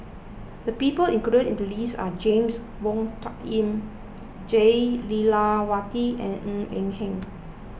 the people included in the list are James Wong Tuck Yim Jah Lelawati and Ng Eng Hen